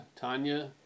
Tanya